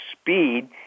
Speed